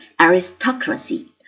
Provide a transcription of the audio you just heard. aristocracy